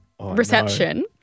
reception